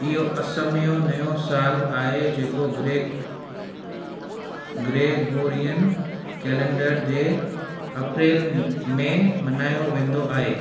इहो असमियो नयो साल आहे जेको ग्रेक ग्रेगोरियन कैलेंडर जे अप्रैल में मनायो वेंदो आहे